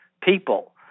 people